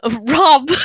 Rob